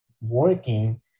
working